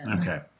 Okay